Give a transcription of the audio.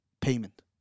payment